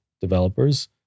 developers